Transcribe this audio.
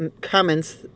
comments